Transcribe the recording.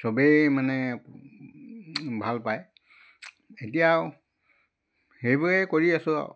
চবেই মানে ভাল পায় এতিয়া সেইবোৰে কৰি আছোঁ আৰু